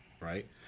right